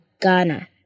Ghana